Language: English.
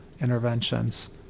interventions